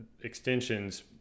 extensions